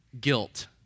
guilt